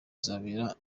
izabera